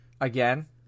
again